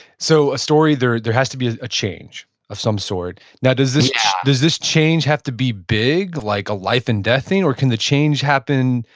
so, a story, there there has to be a change of some sort yeah now does this does this change have to be big, like a life and death thing or can the change happen,